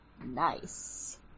nice